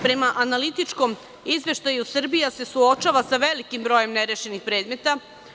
Prema analitičkom izveštaju Srbija se suočava sa velikim brojem nerešenih predmeta.